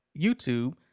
YouTube